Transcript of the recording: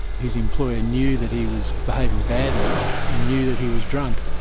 his employer knew that he was behaving badly and knew that he was drunk,